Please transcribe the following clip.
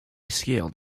scaled